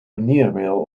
paneermeel